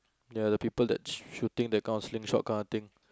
ya the people that shooting that kind of slingshot kind of thing